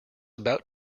about